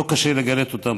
זאת אומרת, לא קשה לגלות אותן: